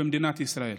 במדינת ישראל.